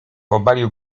obalił